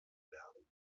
werden